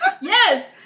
yes